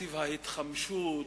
תקציב ההתחמשות,